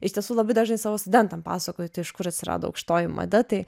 iš tiesų labai dažnai savo studentam pasakoju tai iš kur atsirado aukštoji mada tai